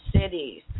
cities